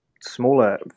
smaller